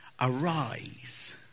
Arise